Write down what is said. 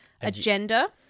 agenda